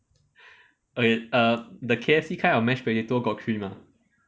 okay err the K_F_C kind of mashed potato got cream ah